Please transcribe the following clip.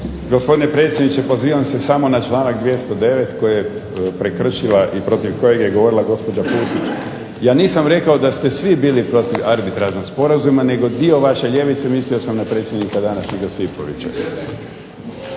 Gospodine predsjedniče pozivam se samo na članak 209. koji je prekršila i protiv kojeg je govorila gospođa Pusić. Ja nisam rekao da ste svi bili protiv arbitražnog sporazuma, nego dio vaše ljevice, mislio sam na predsjednika današnjeg Josipovića.